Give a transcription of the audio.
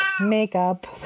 makeup